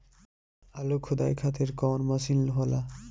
आलू खुदाई खातिर कवन मशीन होला?